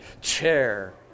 chair